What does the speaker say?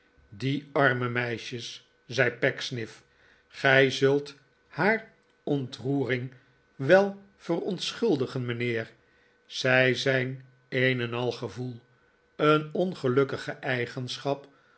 die arme meisjes zei pecksniff gij zult haar ontroering wel verontschuldigen mijnheer zij zijn een en al gevoel een ongelukkige eigenschap